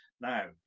Now